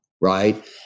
right